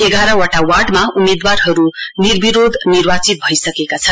एघार वटा वार्डमा उम्मेद्वारहरू निर्विरोध निर्वाचित भइसकेका छन्